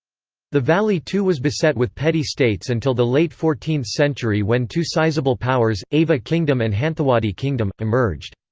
the valley too was beset with petty states until the late fourteenth century when two sizeable powers, ava kingdom and hanthawaddy kingdom, emerged.